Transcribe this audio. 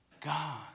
God